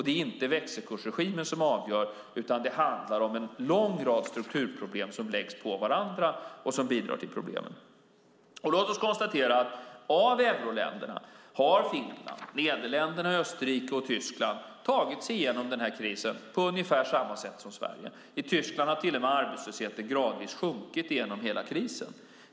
Det är inte växelkursregimen som avgör, utan det handlar om en lång rad strukturproblem som läggs på varandra och bidrar till problemen. Låt oss konstatera att av euroländerna har Finland, Nederländerna, Österrike och Tyskland tagit sig igenom krisen på ungefär samma sätt som Sverige. I Tyskland har arbetslösheten till och med gradvis sjunkit genom hela krisen.